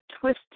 twisted